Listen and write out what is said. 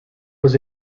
was